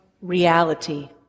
reality